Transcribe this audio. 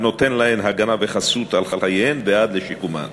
ונותן להן הגנה וחסות על חייהן עד לשיקומן.